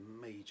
major